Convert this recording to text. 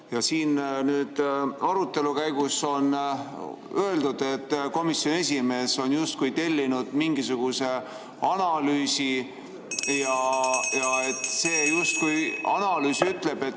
Siin on arutelu käigus öeldud, et komisjoni esimees on justkui tellinud mingisuguse analüüsi ja et justkui see analüüs ütleb, et